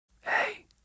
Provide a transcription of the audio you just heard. Hey